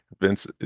Vince